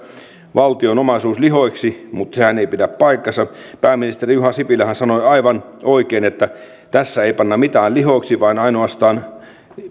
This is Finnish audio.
valtionomaisuus lihoiksi mutta sehän ei pidä paikkaansa pääministeri juha sipilähän sanoi aivan oikein että tässä ei panna mitään lihoiksi vaan ainoastaan